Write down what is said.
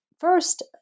first